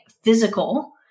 physical